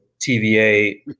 TVA